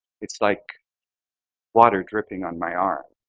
it's like water dripping on my arm,